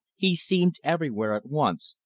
he seemed everywhere at once,